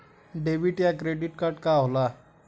Debit या credit card का होला?